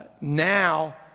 Now